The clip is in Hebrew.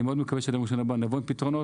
אני מאוד מקווה שעד יום ראשון נבוא עם פתרונות,